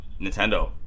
Nintendo